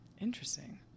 Interesting